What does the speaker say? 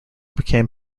became